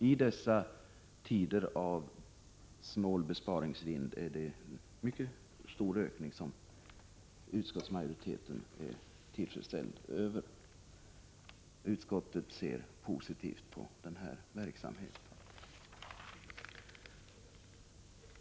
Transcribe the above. I dessa tider av snål besparingsvind är det en mycket stor ökning, som utskottsmajoriteten känner tillfredsställelse över. Utskottet ser positivt på den verksamheten.